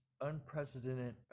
unprecedented